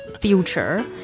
future